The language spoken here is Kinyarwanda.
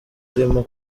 arimo